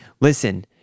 listen